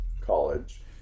college